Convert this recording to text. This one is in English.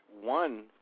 one